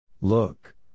Look